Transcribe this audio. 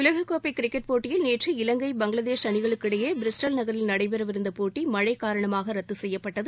உலக கோப்பை கிரிக்கெட் போட்டியில் நேற்று இலங்கை பங்களாதேஷ் அணிகளுக்கு இடையே பிரிஸ்டல் நகரில் நடைபெறவிருந்த போட்டி மழை காரணமாக ரத்து செய்யப்பட்டது